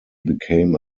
became